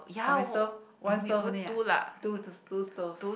how many stove one stove only ah two two stove